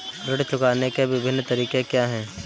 ऋण चुकाने के विभिन्न तरीके क्या हैं?